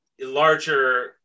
larger